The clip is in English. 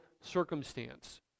circumstance